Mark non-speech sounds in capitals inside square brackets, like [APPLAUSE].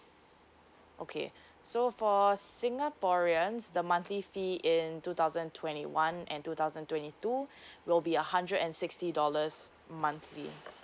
okay so for singaporeans the monthly fee in two thousand twenty one and two thousand twenty two [BREATH] will be uh hundred and sixty dollars monthly